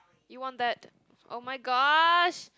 you want that oh-my-gosh